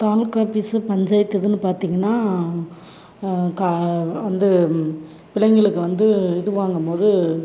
taluka office panchayat இதுன்னு பார்த்திங்கன்னா வந்து பிள்ளைங்களுக்கு வந்து இது வாங்கும்போது